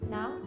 Now